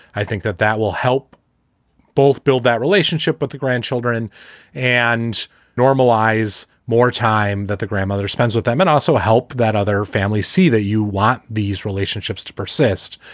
i think that that will help both build that relationship with the grandchildren and normalize more time that the grandmother spends with them and also help that other families see that you want these relationships to persist.